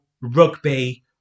rugby